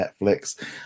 netflix